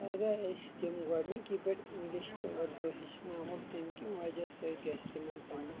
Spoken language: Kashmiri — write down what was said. ہرگاہ أسۍ تِم گۄڈٕنکہِ پٮ۪ٹھ اِنگلِش تہٕ اردوٗ ہیٚچھناو ہوٚکھ تمہِ کہِ وجہ سۭتۍ گژھِ تِمن پننہِ